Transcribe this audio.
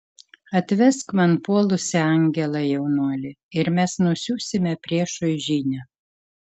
atvesk man puolusį angelą jaunuoli ir mes nusiųsime priešui žinią